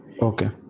Okay